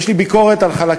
יש לי ביקורת על חלקים,